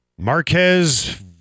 Marquez